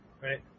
right